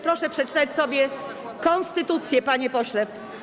Proszę przeczytać sobie konstytucję, panie pośle.